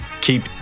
Keep